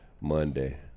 Monday